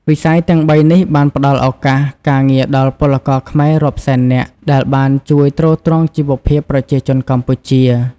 វិស័យទាំងបីនេះបានផ្ដល់ឱកាសការងារដល់ពលករខ្មែររាប់សែននាក់ ដែលបានជួយទ្រទ្រង់ជីវភាពប្រជាជនកម្ពុជា ។